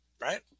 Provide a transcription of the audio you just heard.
right